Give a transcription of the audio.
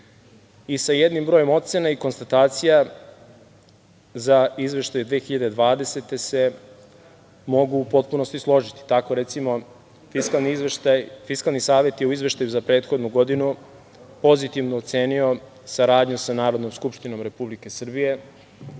jednim brojem ocena i konstatacija za izveštaj 2020. godine se mogu u potpunosti složiti. Tako recimo, Fiskalni savet je u izveštaju za prethodnu godinu pozitivno ocenio saradnju sa Narodnom skupštinom Republike Srbije,